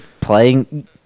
playing